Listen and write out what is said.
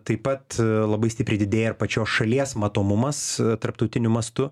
taip pat labai stipriai didėja ir pačios šalies matomumas tarptautiniu mastu